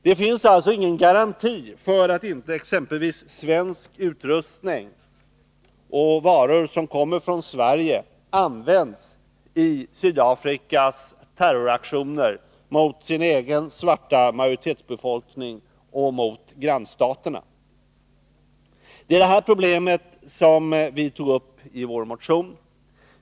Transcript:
Det finns alltså ingen garanti för att inte exempelvis svensk utrustning och varor som kommer från Sverige används i Sydafrikas terroraktioner mot den egna svarta majoritetsbefolkningen och mot grannstaterna. Det är detta problem vi har tagit upp i vår motion.